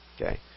Okay